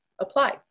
apply